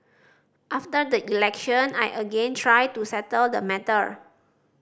after the election I again tried to settle the matter